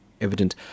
evident